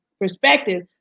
perspective